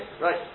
right